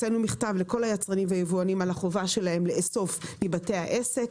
הוצאנו מכתב לכל היצרנים והיבואנים על החובה שלהם לאסוף מבתי העסק.